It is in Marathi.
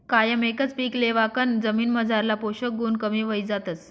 कायम एकच पीक लेवाकन जमीनमझारला पोषक गुण कमी व्हयी जातस